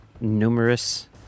numerous